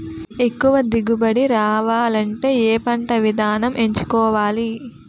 ఎక్కువ దిగుబడి రావాలంటే ఏ పంట విధానం ఎంచుకోవాలి?